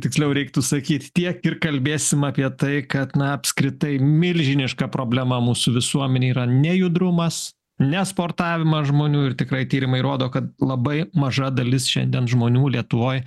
tiksliau reiktų sakyti tiek ir kalbėsim apie tai kad na apskritai milžiniška problema mūsų visuomenėj yra nejudrumas nesportavimas žmonių ir tikrai tyrimai rodo kad labai maža dalis šiandien žmonių lietuvoj